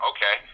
Okay